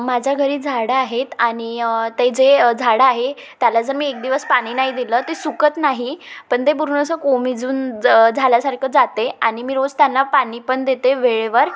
माझ्या घरी झाडं आहेत आणि ते जे झाडं आहे त्याला जर मी एक दिवस पाणी नाही दिलं ते सुकत नाही पण ते पूर्ण असं कोमजून ज झाल्यासारखं जाते आणि मी रोज त्यांना पाणी पण देते वेळेवर